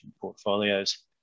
portfolios